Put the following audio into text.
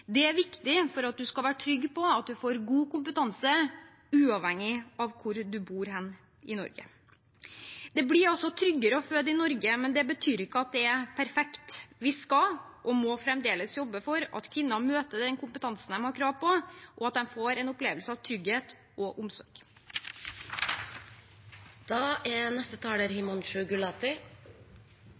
Det er viktig for at man skal være trygg på at man får god kompetanse, uavhengig av hvor man bor i Norge. Det blir altså tryggere å føde i Norge, men det betyr ikke at det er perfekt. Vi skal og må fremdeles jobbe for at kvinner møter den kompetansen de har krav på, og at de får en opplevelse av trygghet og omsorg.